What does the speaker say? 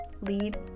Lead